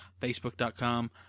facebook.com